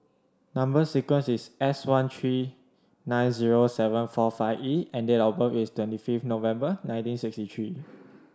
number sequence is S one three nine zero seven four five E and date of birth is twenty fifth November nineteen sixty three